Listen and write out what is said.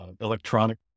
electronic